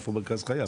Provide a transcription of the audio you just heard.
איפה מרכז חייו.